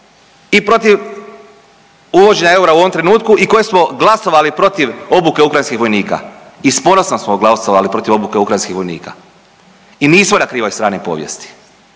i protiv uvođenja eura u ovom trenutku i koji smo glasovali protiv obuke ukrajinskih vojnika i s ponosom smo glasovali protiv obuke ukrajinskih vojnika i nismo na krivoj strani povijesti.